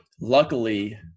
luckily